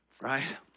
right